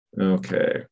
okay